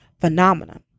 Phenomena